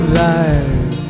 life